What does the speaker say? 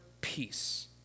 peace